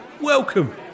welcome